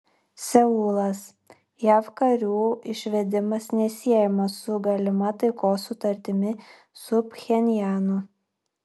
seulas jav karių išvedimas nesiejamas su galima taikos sutartimi su pchenjanu